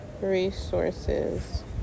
resources